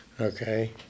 Okay